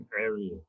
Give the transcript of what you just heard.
area